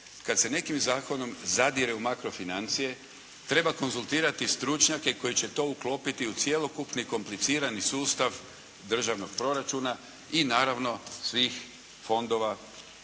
kada se nekim zakonom zadire u makro financije treba konzultirati stručnjake koji će to uklopiti u cjelokupni komplicirani sustav državnog proračuna i naravno svih fondova koji